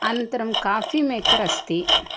अनन्तरं coffee maker अस्ति